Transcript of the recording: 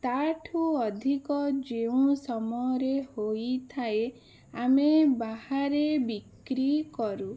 ତା'ଠୁ ଅଧିକ ଯେଉଁ ସମୟରେ ହୋଇଥାଏ ଆମେ ବାହାରେ ବିକ୍ରି କରୁ